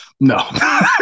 No